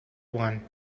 one